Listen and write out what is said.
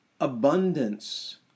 abundance